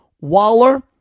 Waller